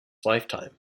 lifetime